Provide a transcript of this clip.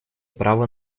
право